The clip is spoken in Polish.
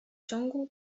ciągu